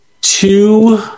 two